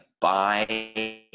buy